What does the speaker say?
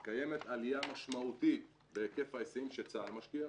שקיימת עליה משמעותית בהיקף ההיסעים שצה"ל משקיע,